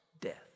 death